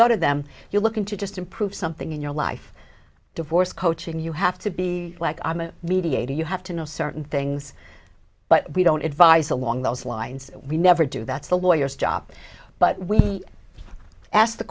go to them you're looking to just improve something in your life divorce coaching you have to be like i'm a mediator you have to know certain things but we don't advise along those lines we never do that's the lawyers job but we ask the